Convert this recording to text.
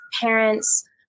parents